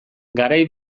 garai